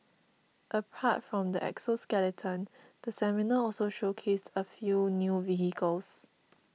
apart from the exoskeleton the seminar also showcased a few new vehicles